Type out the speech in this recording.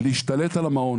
להשתלט על המעון